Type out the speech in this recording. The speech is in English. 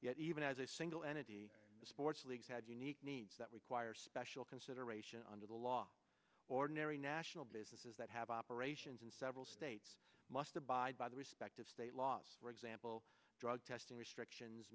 yet even as a single entity sports leagues had unique needs that require special consideration under the law ordinary national businesses that have operations in several states must abide by the respective state laws for example drug testing restrictions